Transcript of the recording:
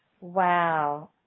Wow